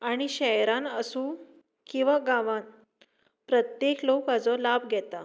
आनी शहरान आसूं किंवा गांवांत प्रत्येक लोक हाजो लाभ घेता